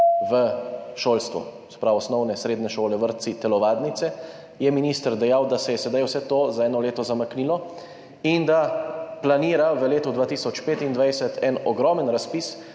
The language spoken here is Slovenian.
v šolstvo, se pravi osnovne, srednje šole, vrtci, telovadnice, je minister dejal, da se je sedaj vse to za eno leto zamaknilo in da planira v letu 2025 en ogromen razpis